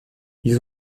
ils